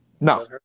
No